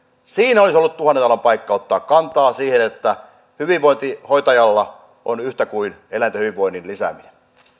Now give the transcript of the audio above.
siinä olisi ollut tuhannen taalan paikka ottaa kantaa siihen että hyvinvointi hoitajalla on yhtä kuin eläinten hyvinvoinnin lisääminen